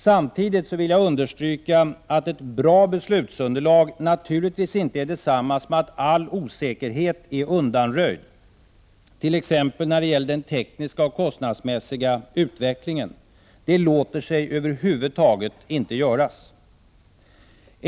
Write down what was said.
Samtidigt vill jag understryka att ett bra beslutsunderlag naturligtvis inte är detsamma som att all osäkerhet är undanröjd t.ex. när det gäller den tekniska och kostnadsmässiga utvecklingen. Det låter sig över huvud taget inte göras.